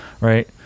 right